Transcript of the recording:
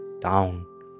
down